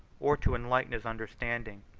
or to enlighten his under standing.